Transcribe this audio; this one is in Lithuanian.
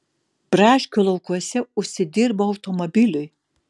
braškių laukuose užsidirbau automobiliui